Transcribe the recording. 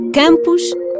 campos